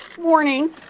morning